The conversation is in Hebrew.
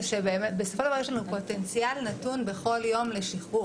זה שבסופו של דבר יש לנו פוטנציאל נתון בכל יום לשחרור.